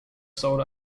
sold